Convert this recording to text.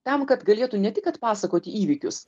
tam kad galėtų ne tik atpasakoti įvykius